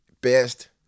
best